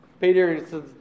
Peter